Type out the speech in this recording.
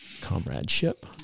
Comradeship